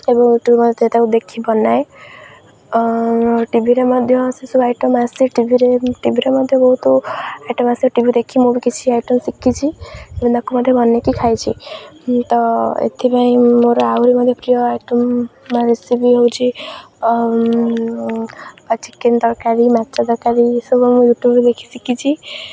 ଏବଂ ୟୁଟ୍ୟୁବ୍ ମଧ୍ୟ ତାକୁ ଦେଖି ବନାଏ ଟିଭିରେ ମଧ୍ୟ ସେସବୁ ଆଇଟମ୍ ଆସେ ଟିଭିରେ ଟିଭିରେ ମଧ୍ୟ ବହୁତୁ ଆଇଟମ୍ ଆସେ ଟିଭି ଦେଖି ମୁଁ ବି କିଛି ଆଇଟମ୍ ଶିଖିଛି ଏବଂ ତାକୁ ମଧ୍ୟ ବନାଇକି ଖାଇଛି ତ ଏଥିପାଇଁ ମୋର ଆହୁରି ମଧ୍ୟ ପ୍ରିୟ ଆଇଟମ୍ ରେସିପି ହେଉଛି ଚିକେନ୍ ତରକାରୀ ମାଛ ତରକାରୀ ଏସବୁ ମୁଁ ୟୁଟ୍ୟୁବ୍ରେ ଦେଖି ଶିଖିଛି